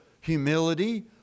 humility